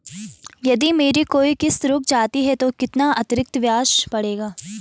यदि मेरी कोई किश्त रुक जाती है तो कितना अतरिक्त ब्याज पड़ेगा?